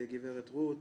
גברת רות,